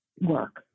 work